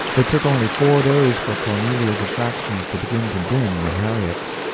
it took only four days for cornelia's attractions to begin to dim harriet's.